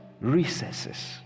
recesses